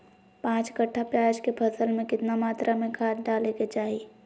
पांच कट्ठा प्याज के फसल में कितना मात्रा में खाद डाले के चाही?